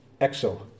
exo